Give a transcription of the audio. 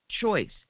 Choice